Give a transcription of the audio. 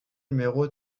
numéro